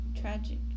tragic